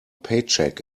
paycheck